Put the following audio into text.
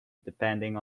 depending